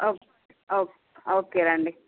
ఒక్ ఒక్ ఓకే నండి